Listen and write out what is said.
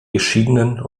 geschiedenen